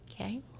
okay